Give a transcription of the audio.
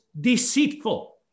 deceitful